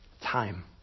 time